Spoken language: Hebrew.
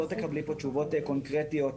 לא תקבלי פה תשובות קונקרטיות,